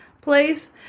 place